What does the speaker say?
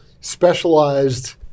specialized